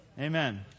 Amen